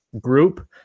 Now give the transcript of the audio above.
group